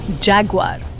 Jaguar